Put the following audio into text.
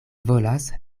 volas